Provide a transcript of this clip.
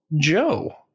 Joe